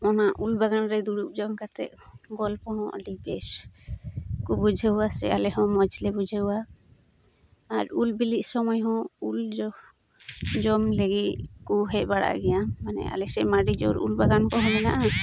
ᱚᱱᱟ ᱩᱞ ᱵᱟᱜᱟᱱᱨᱮ ᱫᱩᱲᱩᱵ ᱡᱚᱝ ᱠᱟᱛᱮᱫ ᱜᱚᱞᱯᱚᱦᱚᱸ ᱟᱹᱰᱤ ᱵᱮᱥ ᱠᱚ ᱵᱩᱡᱷᱟᱹᱣᱟ ᱥᱮ ᱟᱞᱮᱦᱚᱸ ᱢᱚᱡᱽᱞᱮ ᱵᱩᱡᱷᱟᱹᱣᱟ ᱟᱨ ᱩᱞ ᱵᱤᱞᱤᱜ ᱥᱚᱢᱚᱭᱦᱚᱸ ᱩᱞ ᱡᱚ ᱡᱚᱢ ᱞᱟᱹᱜᱤᱫᱠᱚ ᱦᱮᱡ ᱵᱟᱲᱟᱜ ᱜᱮᱭᱟ ᱢᱟᱱᱮ ᱟᱞᱮᱥᱮᱡ ᱢᱟ ᱟᱹᱰᱤ ᱡᱳᱨ ᱩᱞ ᱵᱟᱜᱟᱱ ᱠᱚ ᱢᱮᱱᱟᱜᱼᱟ